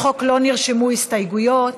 לחוק לא נרשמו הסתייגויות.